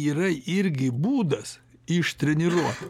yra irgi būdas ištreniruot